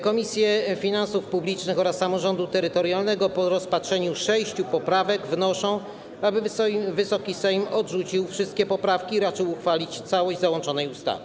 Komisje Finansów Publicznych oraz samorządu terytorialnego po rozpatrzeniu sześciu poprawek wnoszą, aby Wysoki Sejm odrzucił wszystkie poprawki i raczył uchwalić całość załączonej ustawy.